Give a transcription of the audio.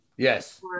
Yes